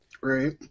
Right